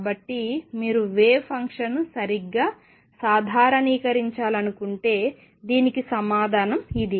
కాబట్టి మీరు వేవ్ ఫంక్షన్ను సరిగ్గా సాధారణీకరించాలనుకుంటే దీనికి సమాధానం ఇది